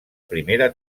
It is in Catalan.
primera